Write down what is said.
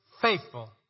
faithful